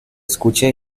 escucha